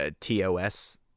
TOS